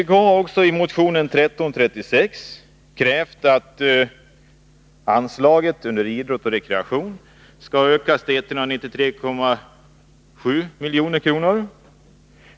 Vpk har vidare i motion 1336 krävt att anslaget under Idrott och rekreation skall ökas till 193,7 milj.kr.